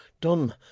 done